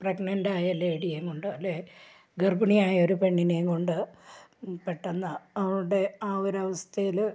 pregnant ആയ ലേഡിയേയും കൊണ്ട് അല്ലേ ഗർഭിണിയായ ഒരു പെണ്ണിനെയും കൊണ്ട് പെട്ടെന്ന് അവളുടെ ആ ഒരു അവസ്ഥയിൽ